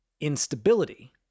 instability